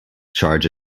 charge